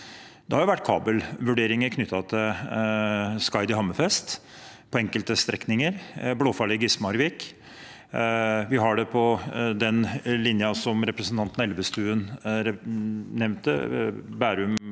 Det har vært kabelvurderinger knyttet til Skaidi–Hammerfest på enkelte strekninger og for Blåfalli–Gismarvik. Vi har det på den linjen som representanten Elvestuen nevnte,